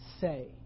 say